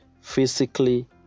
physically